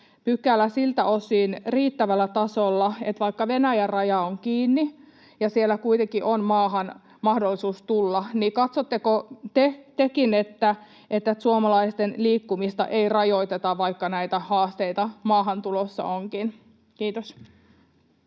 9 § siltä osin riittävällä tasolla, että vaikka Venäjän raja on kiinni ja siellä kuitenkin on maahan mahdollisuus tulla, niin suomalaisten liikkumista ei rajoiteta, vaikka näitä haasteita maahantulossa onkin? — Kiitos.